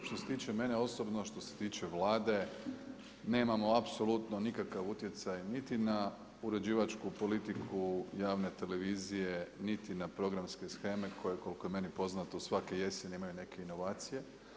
Što se tiče mene osobno, što se tiče Vlade nemamo apsolutno nikakav utjecaj niti na uređivačku politiku javne televizije, niti na programske sheme koje koliko je meni poznato svake jeseni imaju neke inovacije.